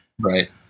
Right